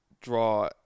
draw